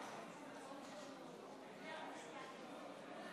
38, אין נמנעים.